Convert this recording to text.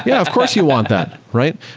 yeah of course you want that, right?